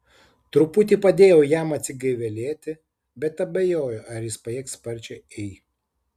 truputį padėjau jam atsigaivelėti bet abejoju ar jis pajėgs sparčiai ei